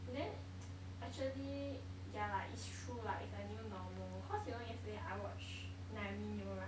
then actually yeah lah it's true lah it's a new normal cause you know yesterday I watch naomi neo right